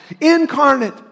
incarnate